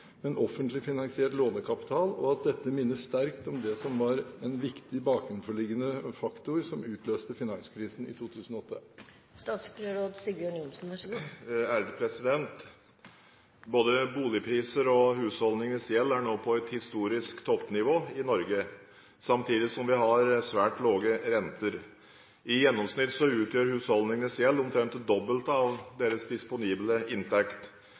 men offentlig finansiert lånekapital, og at dette minner sterkt om det som var en viktig bakenforliggende faktor som utløste finanskrisen i 2008?» Både boligpriser og husholdningenes gjeld er nå på et historisk toppnivå i Norge, samtidig som vi har svært lave renter. I gjennomsnitt utgjør husholdningenes gjeld omtrent det dobbelte av deres disponible inntekt.